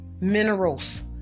Minerals